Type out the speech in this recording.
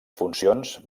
funcions